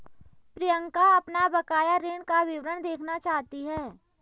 प्रियंका अपना बकाया ऋण का विवरण देखना चाहती है